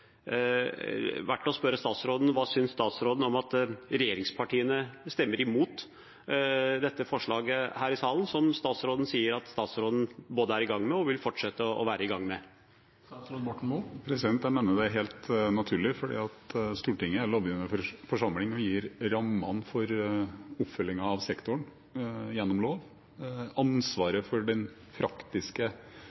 verdt å spørre statsråden: Hva syns statsråden om at regjeringspartiene stemmer imot dette forslaget her i salen, som statsråden sier at statsråden både er i gang med og vil fortsette å være i gang med? Jeg mener det er helt naturlig, for Stortinget er lovgivende forsamling og gir rammene for oppfølging av sektoren gjennom lov.